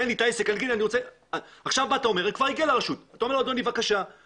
הוא כבר הגיע לרשותך ואתה אומר לו שהוא מקבל